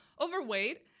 overweight